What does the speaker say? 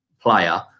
player